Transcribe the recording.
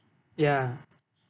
ya